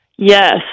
Yes